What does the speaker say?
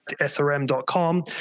srm.com